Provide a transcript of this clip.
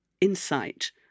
insight